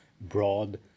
broad